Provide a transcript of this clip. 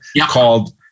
called